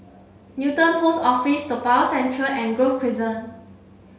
Newton Post Office Toa Payoh Central and Grove Crescent